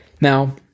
Now